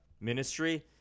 ministry